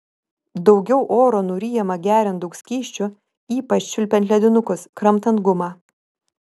daugiau oro nuryjama geriant daug skysčių ypač čiulpiant ledinukus kramtant gumą